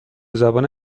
زبان